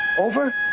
Over